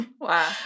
wow